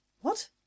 What